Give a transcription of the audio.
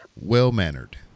Well-mannered